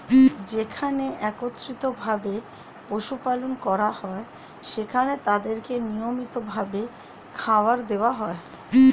যেখানে একত্রিত ভাবে পশু পালন করা হয়, সেখানে তাদেরকে নিয়মিত ভাবে খাবার দেওয়া হয়